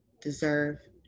deserve